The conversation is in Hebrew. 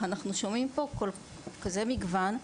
אנחנו שומעים פה מגוון גדול.